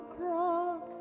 Cross